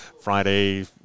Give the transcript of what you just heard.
Friday